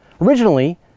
Originally